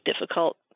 difficult